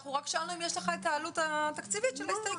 אנחנו רק שאלנו אם יש לך את העלות התקציבית של ההסתייגות.